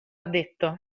detto